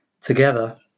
together